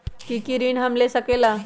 की की ऋण हम ले सकेला?